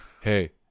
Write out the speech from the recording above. hey